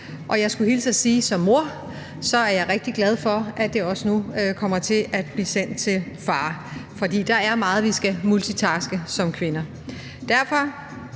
og jeg skulle hilse og sige, at jeg som mor er rigtig glad for, at det også nu kommer til at blive sendt til far, fordi der er meget, vi skal multitaske med som kvinder. Derfor